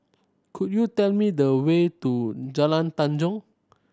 could you tell me the way to Jalan Tanjong